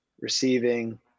receiving